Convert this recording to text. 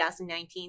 2019